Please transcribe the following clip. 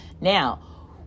Now